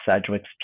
Sedgwick's